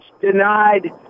denied